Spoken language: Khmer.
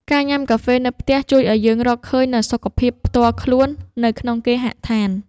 ការញ៉ាំកាហ្វេនៅផ្ទះជួយឱ្យយើងរកឃើញនូវ សុភមង្គលផ្ទាល់ខ្លួននៅក្នុងគេហដ្ឋាន។